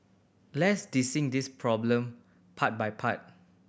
let's this problem part by part